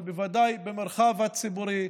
אבל בוודאי במרחב הציבורי,